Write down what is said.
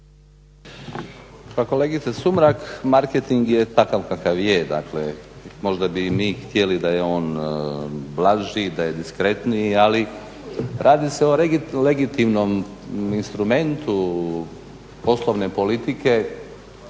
Pa kolegice Sumrak, marketing je takav kakav je, dakle možda bi i mi htjeli da je on blaži, da je diskretniji ali radi se o legitimnom instrumentu poslovne politike,